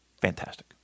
Fantastic